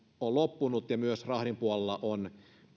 on loppunut ja myös rahdin puolella on